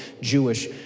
Jewish